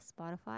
Spotify